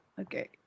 Okay